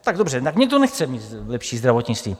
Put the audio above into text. Tak dobře, tak někdo nechce mít lepší zdravotnictví.